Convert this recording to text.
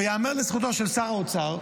וייאמר לזכותו של שר האוצר,